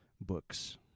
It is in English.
books